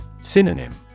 Synonym